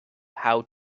how